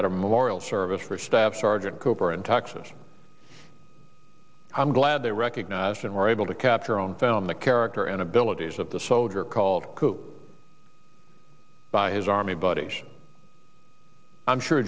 at a memorial service for staff sergeant cooper in texas i'm glad they recognized and were able to capture on film the character and abilities of the soldier called by his army